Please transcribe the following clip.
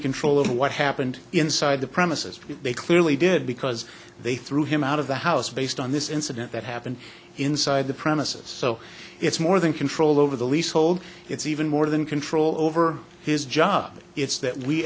control over what happened inside the premises because they clearly did because they threw him out of the house based on this incident that happened inside the premises so it's more than control over the leasehold it's even more than control over his job it's that we